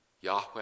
Yahweh